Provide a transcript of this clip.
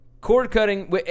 Cord-cutting